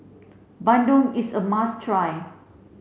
Bandung is a must try